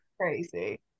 crazy